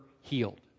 healed